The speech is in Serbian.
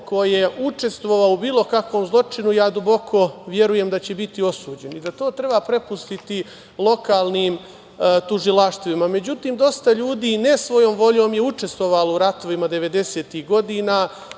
ko je učestvovao u bilo kakvom zločinu ja duboko verujem da će biti osuđen i da to treba prepustiti lokalnim tužilaštvima.Međutim, dosta ljudi ne svojom voljom je učestvovalo u ratovima devedesetih